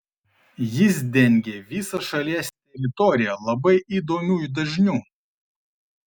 jis dengė visą šalies teritoriją labai įdomiu dažniu